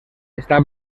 està